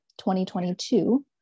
2022